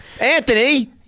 Anthony